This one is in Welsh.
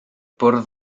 bwrdd